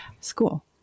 school